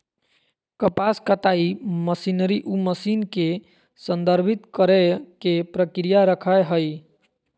कपास कताई मशीनरी उ मशीन के संदर्भित करेय के प्रक्रिया रखैय हइ